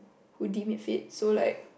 who deem it fit so like